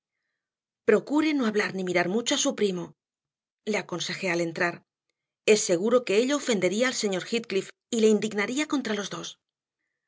procure no mirar ni hablar mucho a su primo le aconsejé al entrar es seguro que ello ofendería al señor heathcliff y le indignaría contra los dos